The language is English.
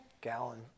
Gallon